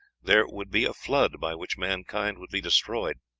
there would be a flood by which mankind would be destroyed.